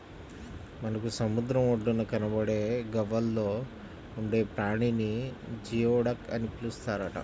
మనకు సముద్రం ఒడ్డున కనబడే గవ్వల్లో ఉండే ప్రాణిని జియోడక్ అని పిలుస్తారట